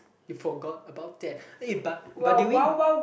you forgot about that eh but but did we